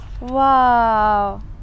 Wow